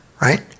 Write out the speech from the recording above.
right